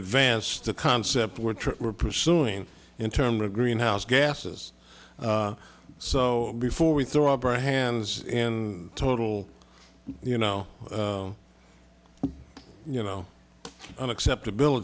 advance the concept were true we're pursuing in terms of greenhouse gases so before we throw up our hands in total you know you know unacceptab